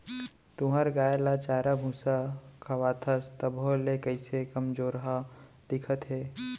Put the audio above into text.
तुंहर गाय ल चारा भूसा खवाथस तभो ले कइसे कमजोरहा दिखत हे?